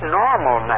normal